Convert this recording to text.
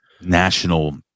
national